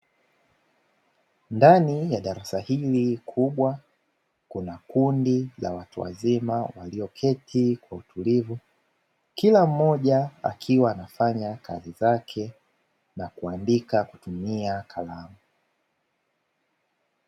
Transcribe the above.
Ndani ya darasa hili kubwa kuna kundi la watu wazima walioketi kwa utulivu kila mmoja akiwa anafanya kazi zake na kuandika kutumia kalamu.